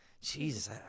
Jesus